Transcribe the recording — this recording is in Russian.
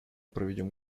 проведем